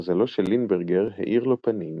מזלו של לינברגר האיר לו פנים,